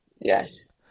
Yes